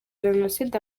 genocide